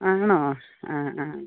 ആണോ ആ ആ